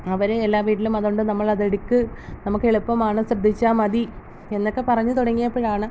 അവർ എല്ലാ വീട്ടിലും അതുകൊണ്ട് നമ്മൾ അത് എടുക്ക് നമുക്ക് എളുപ്പമാണ് ശ്രദ്ധിച്ചാൽ മതി എന്നൊക്കെ പറഞ്ഞ് തുടങ്ങിയപ്പോഴാണ്